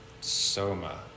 soma